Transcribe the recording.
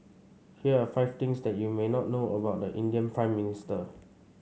here are five things that you may not know about the Indian Prime Minister